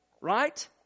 right